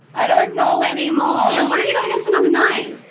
i don't know anymore. what have you got against a number nine?